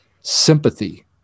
Sympathy